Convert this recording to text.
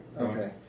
Okay